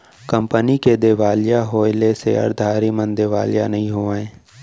company के देवालिया होएले सेयरधारी मन देवालिया नइ होवय